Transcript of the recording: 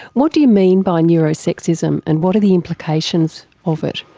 what do you mean by neuro-sexism and what are the implications of it?